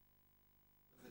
שוק חשמלי, פעמיים הוא מקבל.